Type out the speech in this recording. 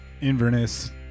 Inverness